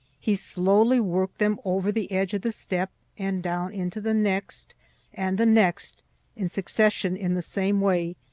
he slowly worked them over the edge of the step and down into the next and the next in succession in the same way,